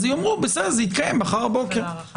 אז יאמרו זה יתקיים מחר בבוקר.